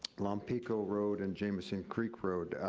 long pico road and jamison creek road.